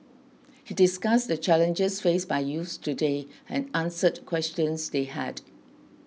he discussed the challenges faced by youths today and answered questions they had